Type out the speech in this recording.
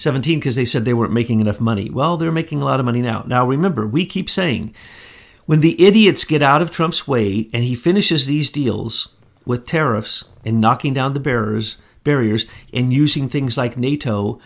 seventeen because they said they were making enough money well they're making a lot of money now now remember we keep saying when the idiots get out of trump's way and he finishes these deals with tariffs and knocking down the barriers barriers in using things like nato